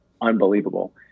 unbelievable